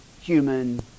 human